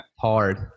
hard